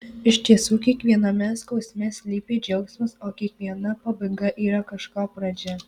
iš tiesų kiekviename skausme slypi džiaugsmas o kiekviena pabaiga yra kažko pradžia